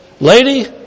Lady